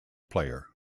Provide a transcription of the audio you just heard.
player